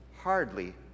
Hardly